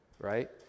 right